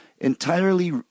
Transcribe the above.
entirely